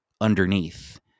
underneath